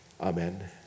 Amen